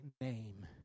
name